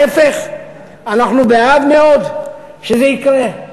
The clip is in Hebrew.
להפך, אנחנו מאוד בעד שזה יקרה.